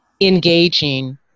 engaging